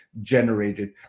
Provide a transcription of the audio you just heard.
generated